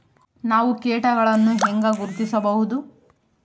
ನಾವು ಕೇಟಗಳನ್ನು ಹೆಂಗ ಗುರ್ತಿಸಬಹುದು?